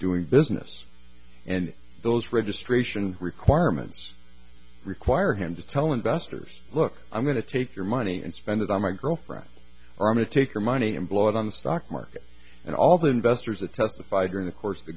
doing business and those registration requirements require him to tell investors look i'm going to take your money and spend it on my girlfriend arma take your money and blow it on the stock market and all the investors that testified during the course of the